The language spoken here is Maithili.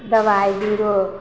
दवाइ बीरो